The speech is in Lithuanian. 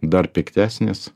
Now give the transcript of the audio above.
dar piktesnis